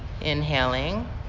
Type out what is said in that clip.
Inhaling